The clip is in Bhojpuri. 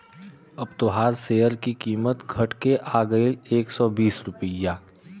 अब तोहार सेअर की कीमत घट के आ गएल एक सौ बीस रुपइया